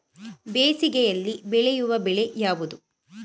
ಬೇಸಿಗೆಯಲ್ಲಿ ಬೆಳೆಯುವ ಬೆಳೆ ಯಾವುದು?